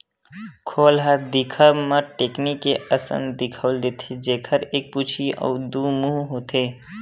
खोल ह दिखब म टेकनी के असन दिखउल देथे, जेखर एक पूछी अउ दू मुहूँ होथे